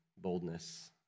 boldness